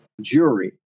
jury